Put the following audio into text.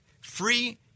Free